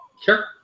Sure